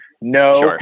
No